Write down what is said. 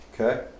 Okay